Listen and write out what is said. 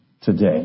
today